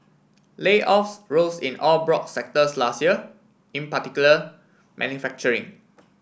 layoffs rose in all broad sectors last year in particular manufacturing